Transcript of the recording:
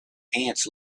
ants